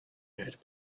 had